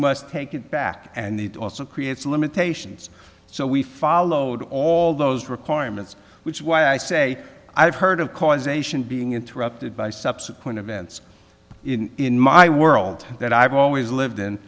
must take it back and it also creates limitations so we followed all those requirements which is why i say i've heard of causation being interrupted by subsequent events in my world that i've always lived